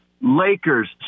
Lakers